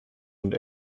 und